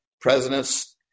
presidents